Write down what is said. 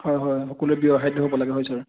হয় হয় সকলোৱে ব্যয়সাধ্য হ'ব লাগে হয় ছাৰ